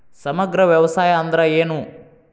ಸಮಗ್ರ ವ್ಯವಸಾಯ ಅಂದ್ರ ಏನು?